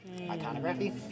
Iconography